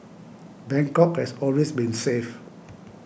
Bangkok has always been safe